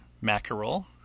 mackerel